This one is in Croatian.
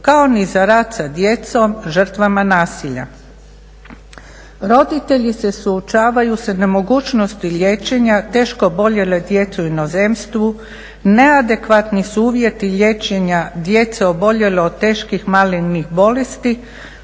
kao ni za rad sa djecom žrtvama nasilja. Roditelji se suočavaju sa nemogućnosti liječenja teško oboljele djece u inozemstvo, neadekvatni su uvjeti liječenja djece oboljele od teških malignih bolesti,